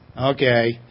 Okay